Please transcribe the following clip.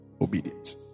obedience